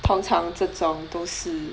通常这种都是